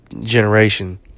generation –